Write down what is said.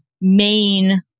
main